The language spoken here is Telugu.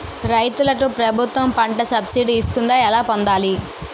రైతులకు ప్రభుత్వం పంట సబ్సిడీ ఇస్తుందా? ఎలా పొందాలి?